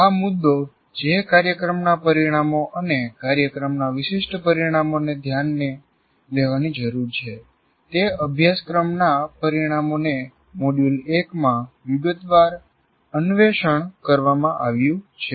આ મુદ્દો જે કાર્યક્રમના પરિણામો અને કાર્યક્રમના વિશિષ્ટ પરિણામોને ઘ્યાને લેવાની જરૂર છે તે અભ્યાસક્રમના પરિણામોને મોડ્યુલ 1 માં વિગતવાર અન્વેષણ કરવામાં આવ્યું છે